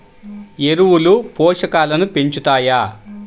ఎరువులు పోషకాలను పెంచుతాయా?